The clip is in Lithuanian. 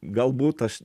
galbūt aš